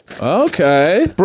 Okay